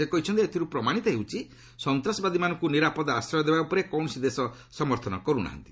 ସେ କହିଛନ୍ତି ଏଥିର୍ ପ୍ରମାଣିତ ହେଉଛି ସନ୍ତାସବାଦୀମାନଙ୍କ ନିରାପଦ ଆଶ୍ରୟ ଦେବା ଉପରେ କୌଣସି ଦେଶ ସମର୍ଥନ କରୁନାହିଁ